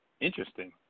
Interesting